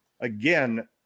again